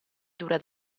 dura